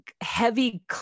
heavy